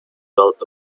wealth